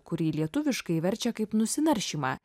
kurį lietuviškai verčia kaip nusinaršymą